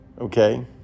Okay